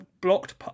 blocked